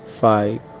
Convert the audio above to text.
five